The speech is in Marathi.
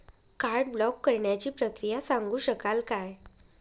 कार्ड ब्लॉक करण्याची प्रक्रिया सांगू शकाल काय?